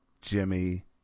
Jimmy